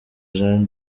jean